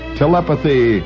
telepathy